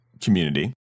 community